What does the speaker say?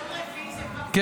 ביום רביעי זה כבר --- כן,